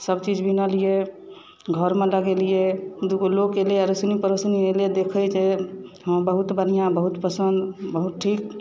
सब चीज बीनलियै घर मे लगेलियै दू गो लोक एलै अड़ोसिन पड़ोसिन एलै देखे हँ बहुत बढ़िऑं बहुत पसन्द बहुत ठीक